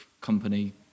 company